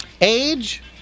Age